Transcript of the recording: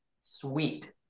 Sweet